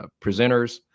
presenters